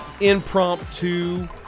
impromptu